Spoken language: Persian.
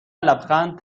لبخند